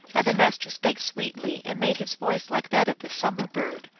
and the master spake sweetly and made his voice like that of the summer bird,